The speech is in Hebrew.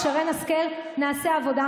חברים, חברים, תודה רבה